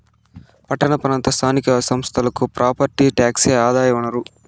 పట్టణ ప్రాంత స్థానిక సంస్థలకి ప్రాపర్టీ టాక్సే ఆదాయ వనరు